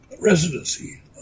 residency